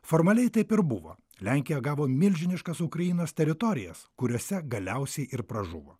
formaliai taip ir buvo lenkija gavo milžiniškas ukrainos teritorijas kuriose galiausiai ir pražuvo